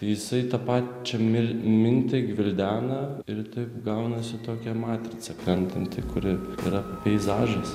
jisai tą pačią mil mintį gvildena ir taip gaunasi tokia matrica krentanti kuri yra peizažas